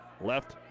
Left